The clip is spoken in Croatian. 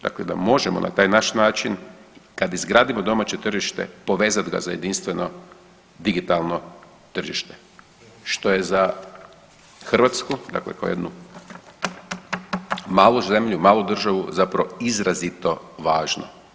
Dakle, da možemo na taj naš način kad izgradimo domaće tržište povezat ga za jedinstveno digitalno tržište, što je za Hrvatsku dakle kao jednu malu zemlju, malu državu zapravo izrazito važno.